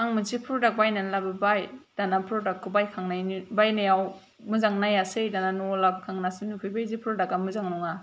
आं मोनसे प्रडाक्त बायनानै लाबोबाय दाना प्रडाक्तखौ बायखांनायनि बायनायाव मोजाङै नायासै दाना न'वाव लाबोखांनासो नुबाय जे प्रडाक्ता मोजां नङा